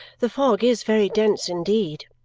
the fog is very dense indeed!